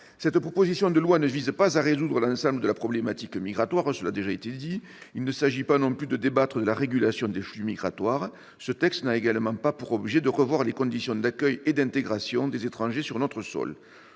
Cette proposition de loi ne vise pas à résoudre l'ensemble de la problématique migratoire. Il ne s'agit pas non plus de débattre de la régulation des flux migratoires. Enfin, ce texte n'a pas pour objet de revoir les conditions d'accueil et d'intégration des étrangers sur notre sol.